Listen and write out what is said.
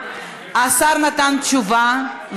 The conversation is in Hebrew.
השר נתן תשובה,